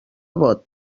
vot